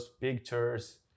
pictures